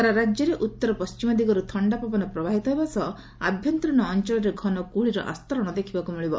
ସାରା ରାଜ୍ୟରେ ଉତ୍ତରପଣ୍ଟିମ ଦିଗରୁ ଥଣ୍ଡା ପବନ ପ୍ରବାହିତ ହେବ ସହ ଆଭ୍ୟନ୍ତରୀଣ ଅଞ୍ଞଳରେ ଘନକୁହୁଡ଼ିର ଆସ୍ତରଣ ଦେଖିବାକୁ ମିଳିବ